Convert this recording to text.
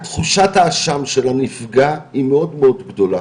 תחושת האשם של הנפגע היא מאוד מאוד גדולה,